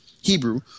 Hebrew